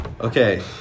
Okay